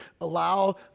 allow